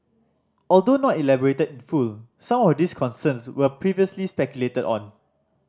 although not elaborated in full some of these concerns were previously speculated on